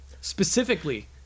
Specifically